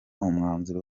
umwanzuro